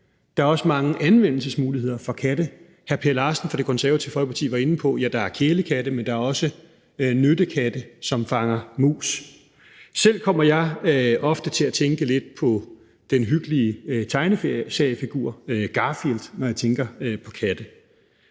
der er også mange anvendelsesmuligheder for katte. Hr. Per Larsen fra Det Konservative Folkeparti var inde på, at der er kælekatte, men der er også nyttekatte, som fanger mus. Selv kommer jeg ofte til at tænke på den hyggelige tegneseriefigur Garfield, når jeg tænker på katte.